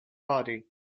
body